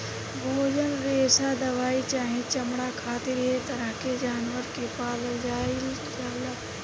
भोजन, रेशा दवाई चाहे चमड़ा खातिर ऐ तरह के जानवर के पालल जाइल जाला